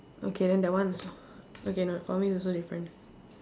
okay then that one also okay no for me it's also different